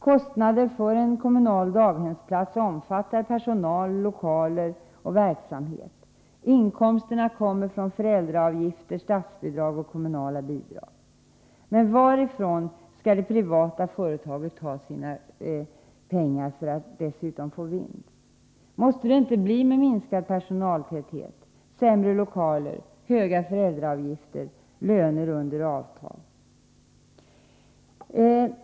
Kostnaderna för en kommunal daghemsplats gäller personal, lokaler och verksamhet. Inkomsterna är föräldraavgifter, statsbidrag och kommunala bidrag. Varifrån skall det privata företaget ta sina pengar för att dessutom få vinst? Måste det inte bli fråga om minskad personaltäthet sämre lokaler, höga föräldraavgifter, löner under avtal?